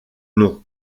nom